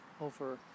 over